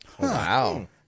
wow